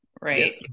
right